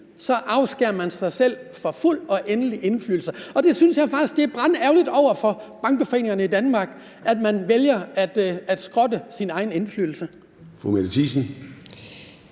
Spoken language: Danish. afskærer man sig fra fuld og endelig indflydelse. Jeg synes faktisk, det er brandærgerligt over for bankoforeningerne i Danmark, at man vælger at skrotte sin egen indflydelse.